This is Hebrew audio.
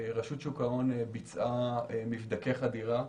רשות שוק ההון ביצעה מבדקי חדירה.